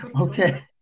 Okay